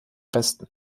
besten